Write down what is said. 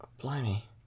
Blimey